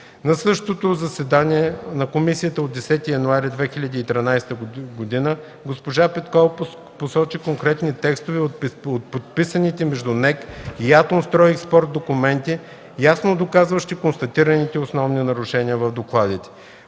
На същото заседание на комисията от 10 януари 2013 г. госпожа Петкова посочи конкретни текстове от подписаните между НЕК и „Атомстройекспорт” документи, ясно доказващи констатираните основни нарушения в докладите.